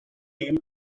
team